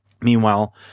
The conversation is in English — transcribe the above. Meanwhile